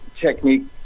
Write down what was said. technique